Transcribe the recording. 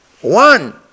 One